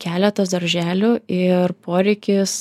keletas darželių ir poreikis